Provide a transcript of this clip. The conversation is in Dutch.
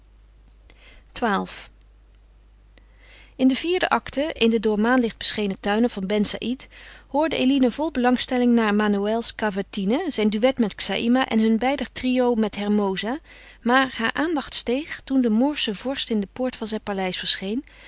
in de vierde acte in de door maanlicht beschenen tuinen van ben saïd hoorde eline vol belangstelling naar manoëls cavatine zijn duet met xaïma en hun beider trio met hermosa maar haar aandacht steeg toen de moorsche vorst in de poort van zijn paleis verscheen